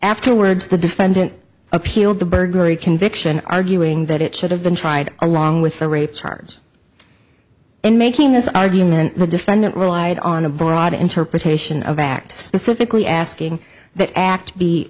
afterwards the defendant appealed the burglary conviction arguing that it should have been tried along with the rape charge in making this argument the defendant relied on a broad interpretation of act specifically asking that act